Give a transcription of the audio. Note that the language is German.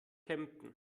kempten